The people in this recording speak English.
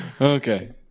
Okay